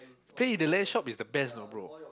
play in the Lan shop is the best you know bro